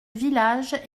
village